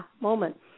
moment